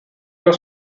was